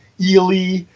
Eli